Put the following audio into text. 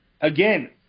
Again